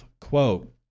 Quote